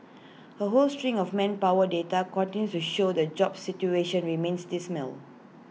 A whole string of manpower data continues to show the jobs situation remains dismal